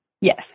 yes